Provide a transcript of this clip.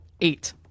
eight